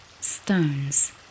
Stones